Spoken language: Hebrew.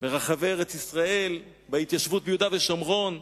ברחבי ארץ-ישראל, בהתיישבות ביהודה ושומרון,